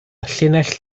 llinell